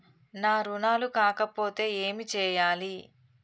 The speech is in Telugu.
నా రుణాలు కాకపోతే ఏమి చేయాలి?